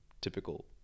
typical